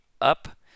up